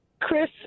Chris